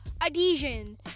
adhesion